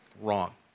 Wrong